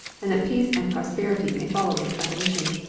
and that peace and prosperity may follow its abolition.